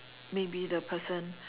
maybe the person